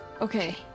Okay